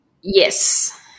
Yes